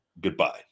goodbye